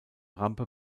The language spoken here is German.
rampe